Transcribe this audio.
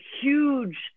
huge